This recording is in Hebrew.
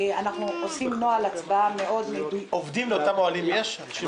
האם יש עובדים באותם אוהלים?